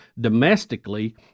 domestically